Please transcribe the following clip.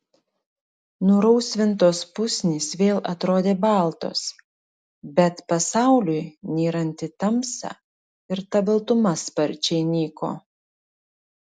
nurausvintos pusnys vėl atrodė baltos bet pasauliui nyrant į tamsą ir ta baltuma sparčiai nyko